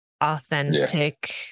authentic